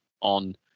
on